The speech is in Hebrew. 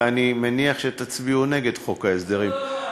אני מניח שתצביעו נגד חוק ההסדרים לא,